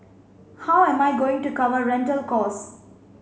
how am I going to cover rental costs